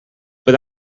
but